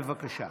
בבקשה.